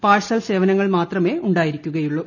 parcel സേവനങ്ങൾ മാത്രമേ ഉണ്ടായിരിക്കുകയുള്ളൂ